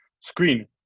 screen